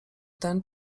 ten